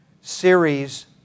series